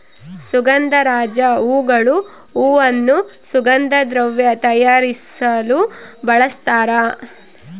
ಸುಗಂಧರಾಜ ಹೂಗಳು ಹೂವನ್ನು ಸುಗಂಧ ದ್ರವ್ಯ ತಯಾರಿಸಲು ಬಳಸ್ತಾರ